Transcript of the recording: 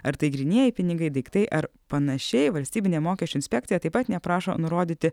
ar tai grynieji pinigai daiktai ar panašiai valstybinė mokesčių inspekcija taip pat neprašo nurodyti